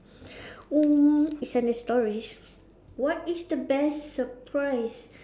mm it's under stories what is the best surprise